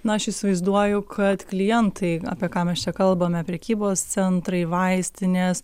na aš įsivaizduoju kad klientai apie ką mes čia kalbame prekybos centrai vaistinės